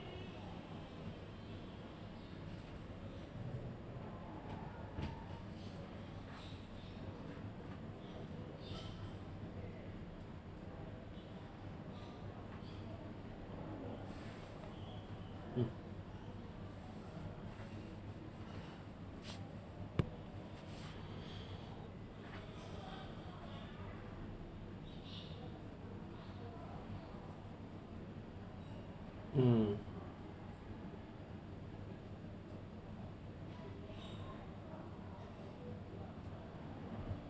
hmm mm